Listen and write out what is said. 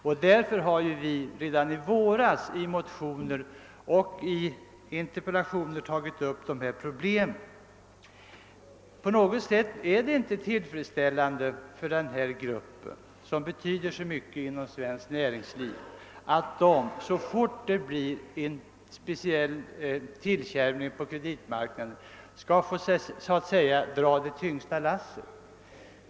Redan i våras tog vi upp dessa problem i motioner och interpellationer. Det är inte tillfredsställande att denna grupp av företag, som betyder så mycket för svenskt näringsliv, får dra det tyngsta lasset så fort läget på kreditmarknaden skärps.